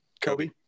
Kobe